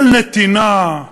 של נתינה,